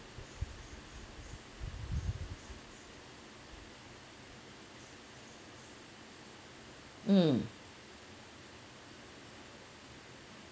mm